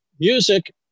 music